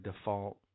default